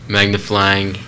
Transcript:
Magnifying